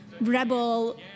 rebel